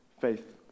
faith